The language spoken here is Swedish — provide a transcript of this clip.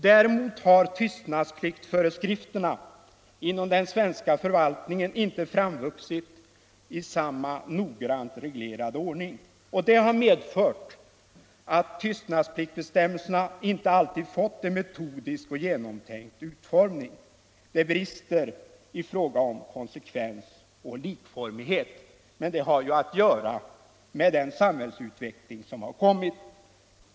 Däremot har tystnadspliktsföreskrifterna inom den svenska förvaltningen inte framvuxit i samma noggrant reglerade ordning. Det har medfört att tystnadspliktsbestämmelserna inte alltid fått en metodisk och genomtänkt utformning. Det brister i fråga om konsekvens och likformighet, men detta har att göra med den samhällsutveckling som kommit.